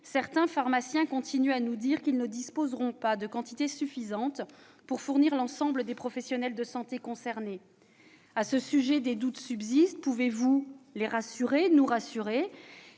certains pharmaciens continuent d'indiquer qu'ils ne disposeront pas de quantités suffisantes pour fournir l'ensemble des professionnels de santé concernés. À ce sujet, des doutes subsistent : monsieur le ministre, pouvez-vous rassurer